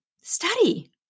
Study